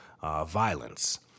violence